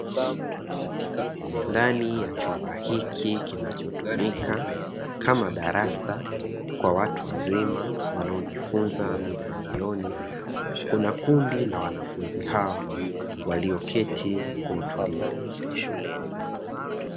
Ndani ya chumba hiki kinachotumika kama darasa kwa watu wazima wanaojifunza mida ya jioni, kuna kundi la wanafunzi hao walioketi kwa utulivu.